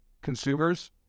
consumers